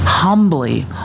Humbly